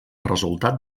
resultat